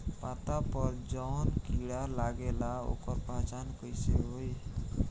पत्ता पर जौन कीड़ा लागेला ओकर पहचान कैसे होई?